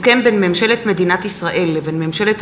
הסכם בין ממשלת מדינת ישראל לבין ממשלת